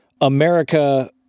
america